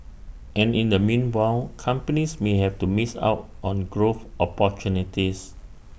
and in the meanwhile companies may have to miss out on growth opportunities